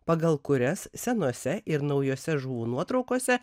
pagal kurias senose ir naujose žuvų nuotraukose